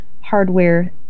hardware